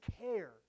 care